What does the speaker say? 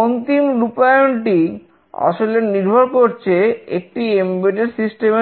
অন্তিম রুপায়নটি আসলে নির্ভর করছে একটি এমবেডেড সিস্টেম